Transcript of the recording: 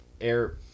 air